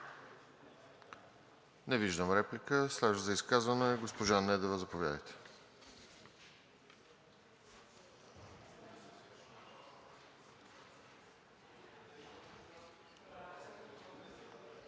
Не виждам. Следващ за изказване? Госпожа Недева, заповядайте.